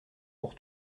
pour